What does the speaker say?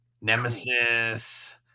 Nemesis